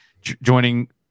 joining